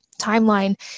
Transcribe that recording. timeline